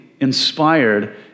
inspired